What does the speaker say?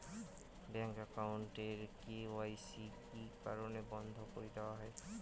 Bank account এর KYC কি কি কারণে বন্ধ করি দেওয়া হয়?